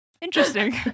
Interesting